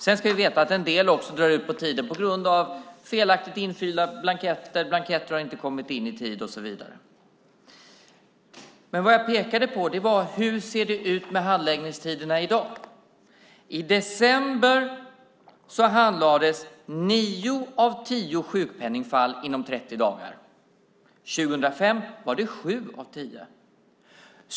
Vi ska dock veta att en del ärenden drar ut på tiden på grund av felaktigt ifyllda blanketter, att blanketter inte har kommit in i tid och så vidare. Vad jag pekade på var hur det ser ut med handläggningstiderna i dag. I december handlades nio av tio sjukpenningfall inom 30 dagar. År 2005 var det sju av tio.